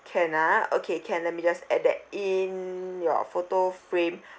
can ah okay can let me just add that in your photo frame